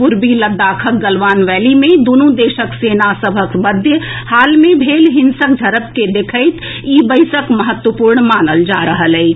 पूर्वी लद्दाखक गलवान वैली मे दुनू देशक सेना सभक मध्य हाल मे भेल हिंसक झड़प के देखैत ई बैसक महत्वपूर्ण मानल जा रहल अछि